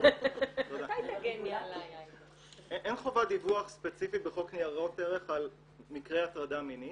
--- אין חובת דיווח ספציפית בחוק ניירות ערך על מקרה הטרדה מינית